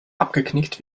abgeknickt